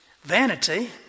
Vanity